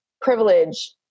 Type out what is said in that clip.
privilege